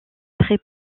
très